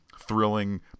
thrilling